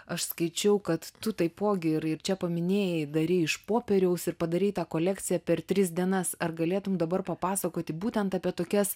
aš skaičiau kad tu taipogi ir ir čia paminėjai darei iš popieriaus ir padarytą kolekciją per tris dienas ar galėtum dabar papasakoti būtent apie tokias